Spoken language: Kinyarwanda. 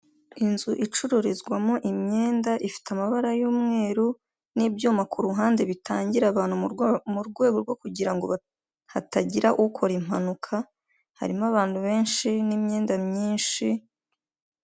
Inzu icururizwamo imyenda ifite amabara y'umweru n'ibyuma ku ruhande bitangira abantu mu rwego rwo kugira ngo hatagira ukora impanuka harimo abantu benshi n'imyenda myinshi.